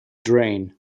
drain